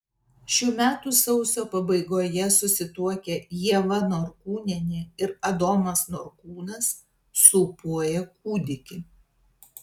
šių metų sausio pabaigoje susituokę ieva norkūnienė ir adomas norkūnas sūpuoja kūdikį